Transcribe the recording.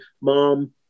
mom